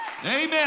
Amen